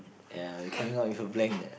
ya we coming up with a blank